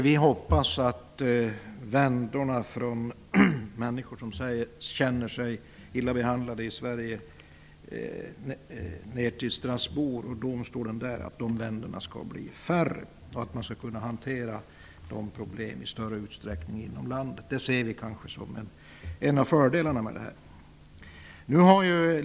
Vi hoppas att vändorna från människor som känner sig illa behandlade i Sverige ner till domstolen i Strasbourg skall bli färre och att vi i större utsträckning skall kunna hantera sådana problem inom landet. Det ser vi som en av fördelarna.